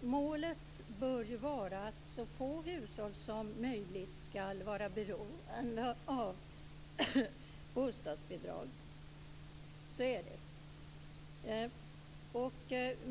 Målet bör ju vara att så få hushåll som möjligt skall vara beroende av bostadsbidrag.